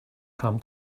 come